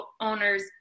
owners